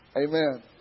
Amen